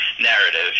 narrative